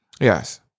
Yes